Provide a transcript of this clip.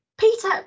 Peter